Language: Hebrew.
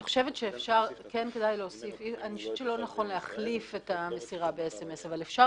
אני חושבת שלא נכון להחליף את המסירה ב-SMS אבל אפשר